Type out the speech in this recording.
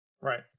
Right